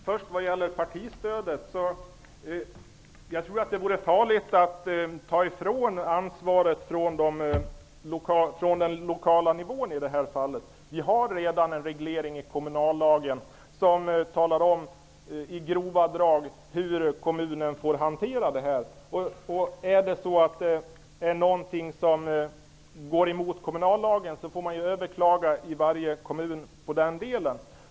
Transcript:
Herr talman! Jag tror att det vore farligt att ta ifrån den lokala nivån ansvaret för partistödet. Vi har redan en reglering i kommunallagen som i grova drag talar om hur kommunen får hantera detta. Går någonting emot kommunallagen får man överklaga i varje kommun i den delen.